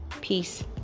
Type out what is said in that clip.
Peace